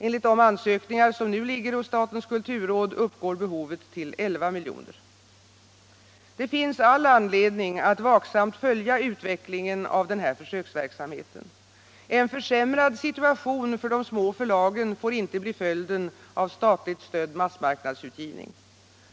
Enligt de ansökningar som nu ligger hos statens kulturråd uppgår behovet till 11 miljoner. Det finns all anledning att vaksamt följa utvecklingen av den här försöksverksamheten. En försämrad situation för de små förlagen får inte bli följden av statligt stödd massmarknadsutgivning.